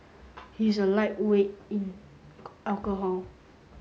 he is a lightweight in alcohol